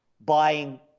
buying